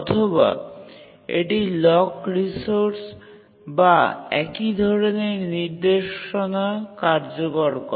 অথবা এটি lock resource বা একই ধরনের নির্দেশনা কার্যকর করে